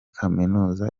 kaminuza